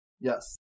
yes